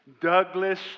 Douglas